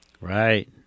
Right